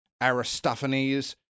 Aristophanes